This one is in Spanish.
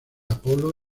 apolo